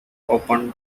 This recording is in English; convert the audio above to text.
open